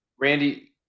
Randy